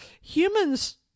humans